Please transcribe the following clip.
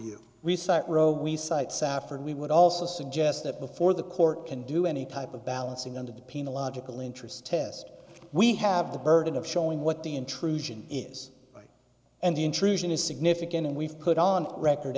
roe we cite safir and we would also suggest that before the court can do any type of balancing under the penal logical interest test we have the burden of showing what the intrusion is and the intrusion is significant and we've put on record